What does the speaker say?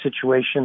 situation